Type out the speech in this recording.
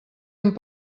amb